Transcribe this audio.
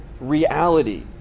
reality